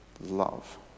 love